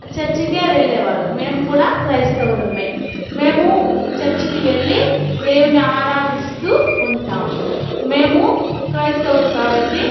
చర్చకే వెళ్ళేవాళ్ళం మేముకూడా క్రైస్తవులమే మేము చర్చికి వెళ్లి దేవున్ని ఆరాధిస్తూ ఉంటాము మేము క్రైస్తవులు కాబట్టి